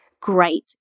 great